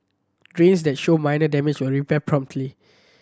drains that show minor damage will be repaired promptly